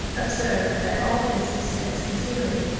observed that all this was said sincerely,